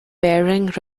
bearing